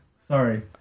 Sorry